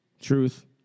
Truth